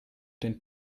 den